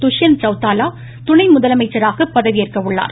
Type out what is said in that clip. துஷ்யந்த் சவுத்தாலா துணை முதலமைச்சராக பதவியேற்க உள்ளார்